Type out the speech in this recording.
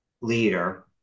leader